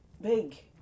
big